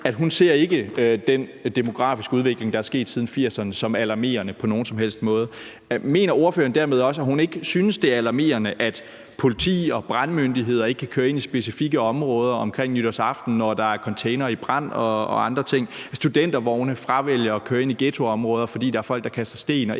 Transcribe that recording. at hun ikke ser den demografiske udvikling, der er sket siden 1980'erne, som alarmerende på nogen som helst måde. Mener ordføreren dermed også, at hun ikke synes, det er alarmerende, at politiet og brandmyndigheder ikke kan køre i specifikke områder omkring nytårsaften, når der er containere og andre ting i brand, at studentervogne fravælger at køre ind i ghettoområder, fordi der er folk, der kaster sten og